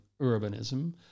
urbanism